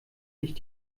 nicht